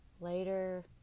later